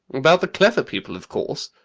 about the clever people, of course.